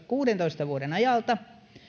kuudentoista vuoden ajalta